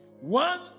one